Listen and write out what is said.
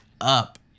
up